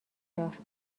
دار